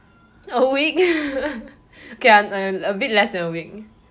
a week okay lah a bit less than a week